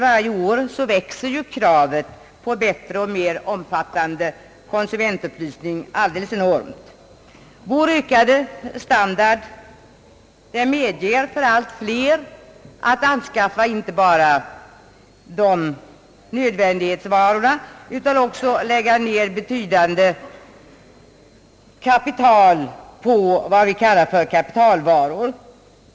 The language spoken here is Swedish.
Varje år växer nämligen kravet på bättre och mer omfattande konsumentupplysning enormt. Vår höjda standard medger allt fler att anskaffa inte bara nödvändighetsvaror utan också att lägga ned betydande belopp på kapitalvaror.